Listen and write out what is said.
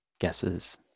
guesses